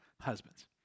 husbands